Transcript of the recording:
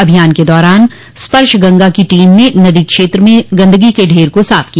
अभियान के दौरान स्पर्श गंगा की टीम ने नदी क्षेत्र में गंदगी के ढेर को साफ किया